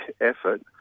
effort